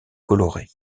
coloré